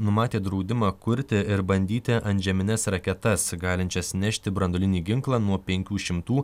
numatė draudimą kurti ir bandyti antžemines raketas galinčias nešti branduolinį ginklą nuo penkių šimtų